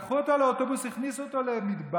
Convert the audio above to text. לקחו אותו לאוטובוס, הכניסו אותו למדבר,